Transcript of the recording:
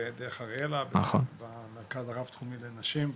בדרך אריאלה במרכז הרב תחומי לנשים בחיפה.